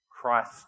Christ